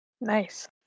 Nice